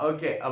Okay